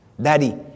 Daddy